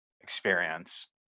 experience